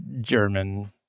German